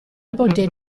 abordé